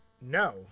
no